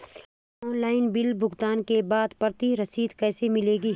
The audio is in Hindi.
ऑनलाइन बिल भुगतान के बाद प्रति रसीद कैसे मिलेगी?